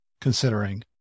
considering